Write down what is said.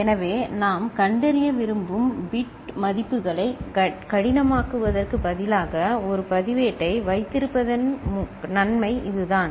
எனவே நாம் கண்டறிய விரும்பும் பிட் மதிப்புகளை கடினமாக்குவதற்கு பதிலாக ஒரு பதிவேட்டை வைத்திருப்பதன் நன்மை இதுதான்